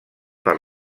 per